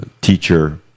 teacher